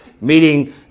meeting